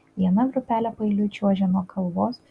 viena grupelė paeiliui čiuožė nuo kalvos